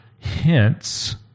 Hence